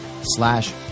slash